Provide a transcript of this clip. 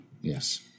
Yes